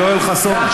יואל חסון,